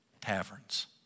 taverns